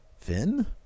Finn